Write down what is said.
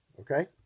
okay